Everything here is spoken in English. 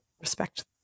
respect